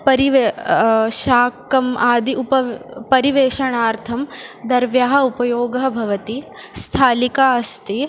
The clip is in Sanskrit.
परिवेषणं शाकादीनाम् उप परिवेषणार्थं दर्व्याः उपयोगः भवति स्थालिका अस्ति